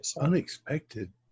unexpected